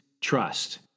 trust